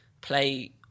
play